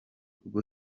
rwo